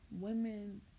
women